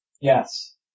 Yes